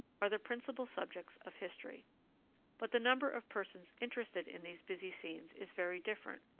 are the principal subjects of history but the number of persons interested in these busy scenes is very different,